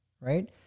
right